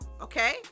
okay